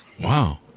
wow